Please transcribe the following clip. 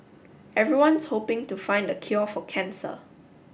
everyone's hoping to find the cure for cancer